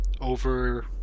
over